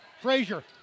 Frazier